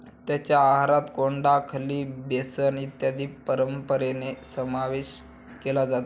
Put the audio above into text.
त्यांच्या आहारात कोंडा, खली, बेसन इत्यादींचा परंपरेने समावेश केला जातो